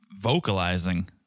vocalizing